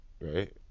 right